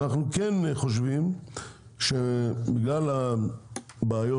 ואנחנו כן חושבים שבגלל הבעיות